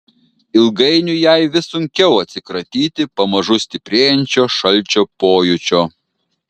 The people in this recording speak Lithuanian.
ilgainiui jai vis sunkiau atsikratyti pamažu stiprėjančio šalčio pojūčio